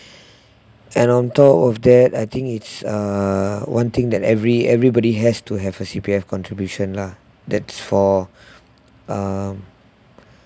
and on top of that I think it's uh one thing that every everybody has to have a C_P_F contribution lah that's for um